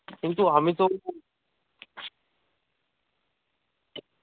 কিন্তু আমি তো